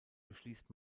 beschließt